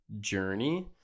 journey